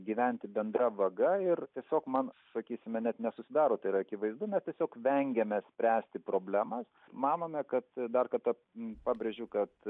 gyventi bendra vaga ir tiesiog man sakysime net nesusidaro tai yra akivaizdu mes tiesiog vengiame spręsti problemas manome kad dar kartą pabrėžiu kad